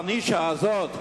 בנישה הזאת,